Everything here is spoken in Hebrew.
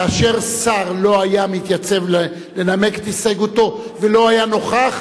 כאשר שר לא היה מתייצב לנמק את הסתייגותו ולא היה נוכח,